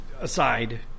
Aside